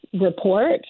report